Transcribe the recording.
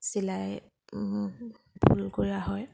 চিলাই ফুল কৰা হয়